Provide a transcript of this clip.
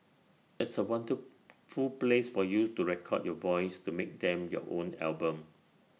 it's A wonderful place for you to record your voice to make them your own album